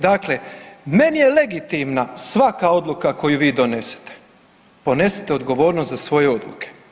Dakle, meni je legitimna svaka odluka koju vi donesete, ponesite odgovornost za svoje odluke.